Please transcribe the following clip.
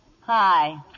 Hi